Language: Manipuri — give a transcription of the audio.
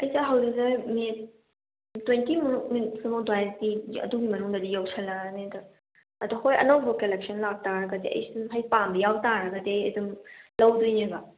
ꯑꯩꯁꯦ ꯍꯧꯖꯤꯛꯁꯦ ꯃꯤꯅꯤꯠ ꯇ꯭ꯋꯦꯟꯇꯤꯃꯨꯛ ꯃꯤꯅꯤꯠ ꯁꯨꯃꯥꯏ ꯑꯗꯨꯋꯥꯏꯒꯤ ꯑꯗꯨꯒꯤ ꯃꯅꯨꯡꯗꯗꯤ ꯌꯧꯁꯜꯂꯛꯑꯅꯤꯗ ꯑꯗꯣ ꯍꯣꯏ ꯑꯅꯧꯕ ꯀꯂꯦꯛꯁꯟ ꯂꯥꯛꯇꯥꯔꯒꯗꯤ ꯑꯩ ꯁꯨꯝ ꯍꯥꯏꯗꯤ ꯄꯥꯝꯕ ꯌꯥꯎ ꯇꯥꯔꯒꯗꯤ ꯑꯗꯨꯝ ꯂꯧꯗꯣꯏꯅꯦꯕ